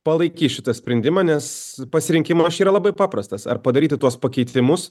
palaikys šitą sprendimą nes pasirinkimas čia yra labai paprastas ar padaryti tuos pakeitimus